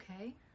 okay